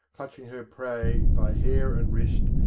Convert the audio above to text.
clutching her prey by hair and wrist,